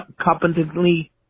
Competently